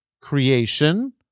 creation